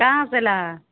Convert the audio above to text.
कहाँ से एलऽ हँ